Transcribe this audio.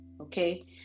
okay